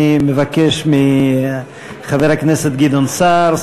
אני מבקש מחבר הכנסת גדעון סער,